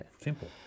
Simple